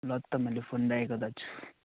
ल त मैले फोन राखेको दाजु